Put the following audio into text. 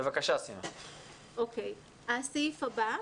הסעיף הבא,